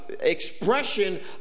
expression